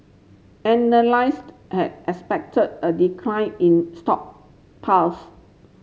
analyst had expected a decline in stock pulse